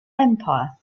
empire